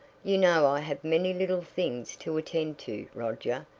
you know i have many little things to attend to, roger.